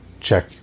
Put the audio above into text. check